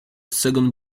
second